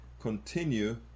continue